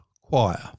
Choir